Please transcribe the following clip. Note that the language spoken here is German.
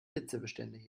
hitzebeständig